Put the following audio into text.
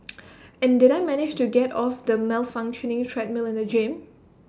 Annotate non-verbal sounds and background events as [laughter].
[noise] and did I manage to get off the malfunctioning treadmill in the gym